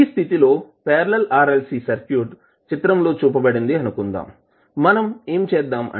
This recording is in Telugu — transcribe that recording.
ఈ స్థితి లో పార్లల్ RLC సర్క్యూట్ చిత్రంలో చూపబడింది అనుకుందాం మనం ఏమి చేద్దాం